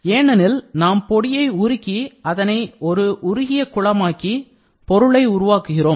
ஏனெனில் நாம் பொடியை உருக்கி அதனை ஒரு உருகிய குளமாக்கி பொருளை உருவாக்குகிறோம்